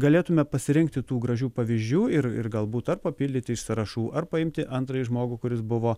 galėtume pasirinkti tų gražių pavyzdžių ir ir galbūt ar papildyti iš sąrašų ar paimti antrąjį žmogų kuris buvo